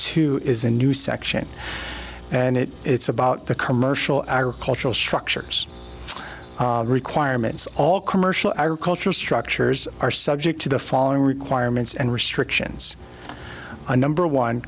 two is a new section and it it's about the commercial agricultural structures requirements all commercial agricultural structures are subject to the following requirements and restrictions a number one